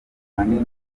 manini